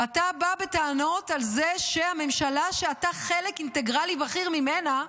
ואתה בא בטענות על זה שהממשלה שאתה חלק אינטגרלי בכיר ממנה,